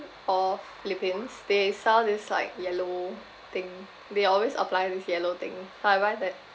or philippines they sell this like yellow thing they always apply with yellow thing so I buy that